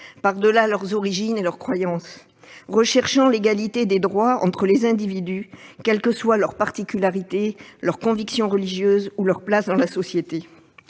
par-delà leurs origines et leurs croyances, recherchant l'égalité des droits entre les individus, quelles que soient leurs particularités, leurs convictions religieuses ou leur place dans la société.